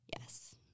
Yes